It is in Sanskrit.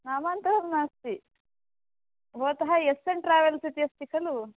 नामान्तरम् नास्ति भवतः यस् एन् ट्रावेल्स् इति अस्ति खलु